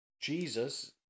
Jesus